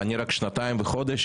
אני רק שנתיים וחודש,